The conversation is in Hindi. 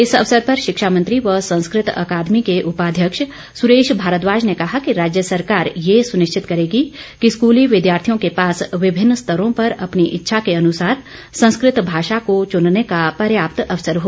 इस अवसर पर शिक्षामंत्री व संस्कृत अकादमी के उपाध्यक्ष सुरेश भारद्वाज ने कहा कि राज्य सरकार ये सुनिश्चित करेगी कि स्कूली विद्यार्थियों के पास विभिन्न स्तरों पर अपनी इच्छा के अनुसार संस्कृत भाषा को चुनने का पर्याप्त अवसर हो